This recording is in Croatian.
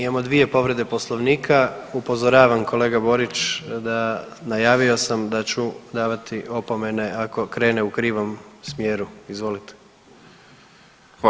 Imamo dvije povrede Poslovnika, upozoravam kolega Borić da najavio sam da ću davati opomene ako krene u krivom smjeru, izvolite.